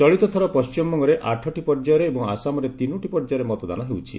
ଚଳିତଥର ପଶ୍ଚିମବଙ୍ଗରେ ଆଠଟି ପର୍ଯ୍ୟାୟରେ ଏବଂ ଆସାମରେ ତିନୋଟି ପର୍ଯ୍ୟାୟରେ ମତଦାନ ହେଉଛି